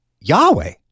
Yahweh